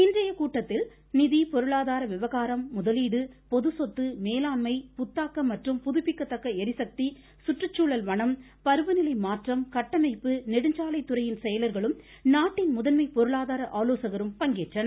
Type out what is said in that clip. இன்றைய கூட்டத்தில் நிதி பொருளாதார விவகாரம் முதலீடு பொது சொத்து மேலாண்மை புத்தாக்க மற்றும் புதுப்பிக்கத்தக்க எரிசக்தி சுற்றுச்சூழல் வனம் பருவநிலை மாற்றம் கட்டமைப்பு நெடுஞ்சாலை துறையின் செயலர்களும் நாட்டின் முதன்மை பொருளாதார ஆலோசகரும் பங்கேற்றனர்